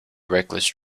reckless